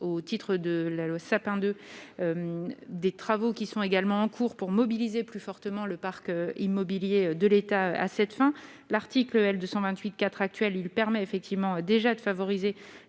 au titre de la loi Sapin II des travaux qui sont également en cours pour mobiliser plus fortement le parc immobilier de l'État, à cette fin, l'article L 228 4 actuel il permet effectivement déjà de favoriser